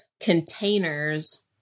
containers